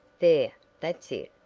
there, that's it.